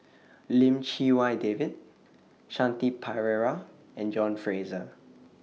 Lim Chee Wai David Shanti Pereira and John Fraser